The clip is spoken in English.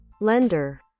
lender